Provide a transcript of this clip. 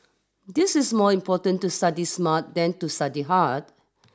this is more important to study smart than to study hard